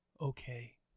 Okay